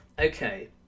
okay